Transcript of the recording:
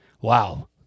wow